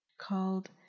called